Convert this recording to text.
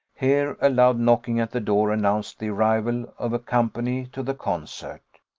here a loud knocking at the door announced the arrival of company to the concert.